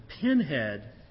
pinhead